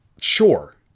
Sure